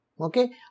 okay